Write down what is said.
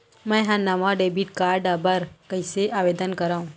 मै हा नवा डेबिट कार्ड बर कईसे आवेदन करव?